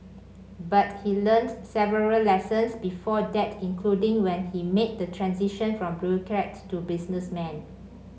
but he learnt several lessons before that including when he made the transition from bureaucrat to businessman